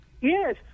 Yes